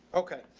okay.